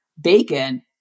bacon